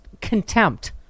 contempt